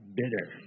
bitter